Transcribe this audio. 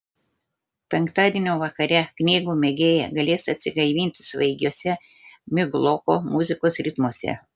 penktadienio vakare knygų mėgėjai galės atsigaivinti svaigiuose migloko muzikos ritmuose